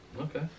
okay